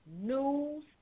news